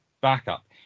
backup